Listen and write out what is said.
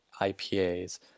IPAs